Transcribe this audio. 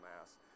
mass